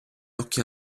occhi